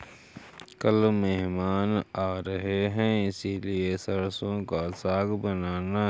कल मेहमान आ रहे हैं इसलिए सरसों का साग बनाना